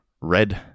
red